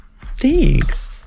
thanks